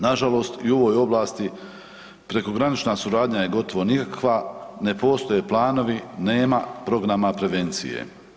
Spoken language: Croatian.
Nažalost, i u ovoj ovlasti prekogranična je gotovo nikakva, ne postoje planovi, nema programa prevencije.